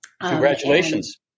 Congratulations